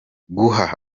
guha